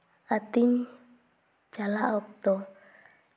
ᱟᱹᱛᱤᱧ ᱪᱟᱞᱟᱜ ᱚᱠᱛᱚ